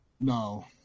No